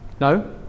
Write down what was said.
No